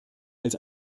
als